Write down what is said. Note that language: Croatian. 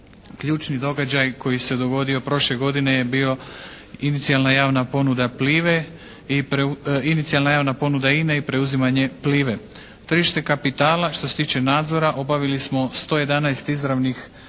Ključni događaj koji se dogodio prošle godine je bio inicijalna javna ponuda "PLIVA-e" , inicijalna javna ponuda "INA-e" i preuzimanje "PLIVA-e". Tržište kapitala što se tiče nadzora, obavili smo 111 izravnih